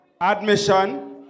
Admission